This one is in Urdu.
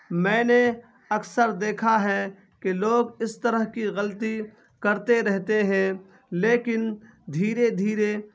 میں نے اکثر دیکھا ہے کہ لوگ اس طرح کی غلطی کرتے رہتے ہیں لیکن دھیرے دھیرے